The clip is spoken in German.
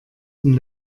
und